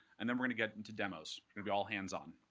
and then we're going to get into demos. it'll be all hands on.